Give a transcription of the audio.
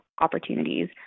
opportunities